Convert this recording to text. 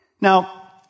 Now